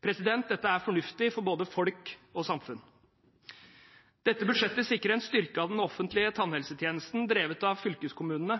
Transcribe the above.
Dette er fornuftig for både folk og samfunn. Dette budsjettet sikrer en styrking av den offentlige tannhelsetjenesten drevet av fylkeskommunene.